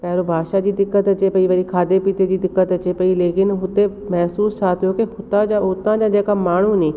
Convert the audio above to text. पहिरो भाषा जी दिक़त अचे पई वरी खाधे पीते जी दिक़त अचे पई लेकिन हुते महसूस छा थियो कि हुता जा हुता जा जेका माण्हू नी